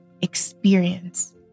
experience